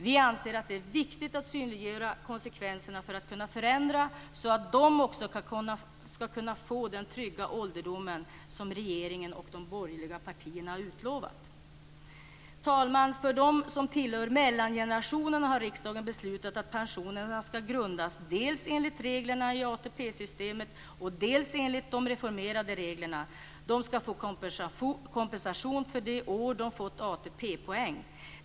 Vi anser att det är viktigt att synliggöra konsekvenserna för att kunna förändra så att de också skall kunna få den trygga ålderdom som regeringen och de borgerliga partierna utlovat. Herr talman! För dem som tillhör mellangenerationen har riksdagen beslutat att pensionerna skall grundas dels på reglerna i ATP-systemet, dels på de reformerade reglerna. De skall få kompensation för de år de fått ATP-poäng.